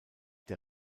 der